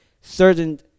certain